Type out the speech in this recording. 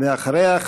ואחריה,